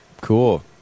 Cool